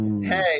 Hey